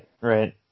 right